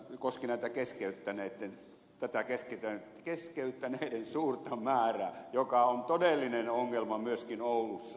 nimittäin se koski tätä keskeyttäneiden suurta määrää joka on todellinen ongelma myöskin oulussa